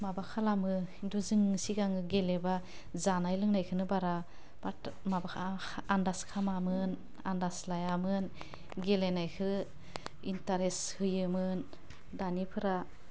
माबा खालामो खिन्थु जों सिगाङो गेलेबा जानाय लोंनायखौनो बारा बाथ माबाखा आन्दास खामामोन आन्दास लायामोन गेलेनायखो इन्टारेस होयोमोन दानिफोरा